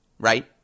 Right